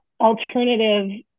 alternative